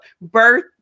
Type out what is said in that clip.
birth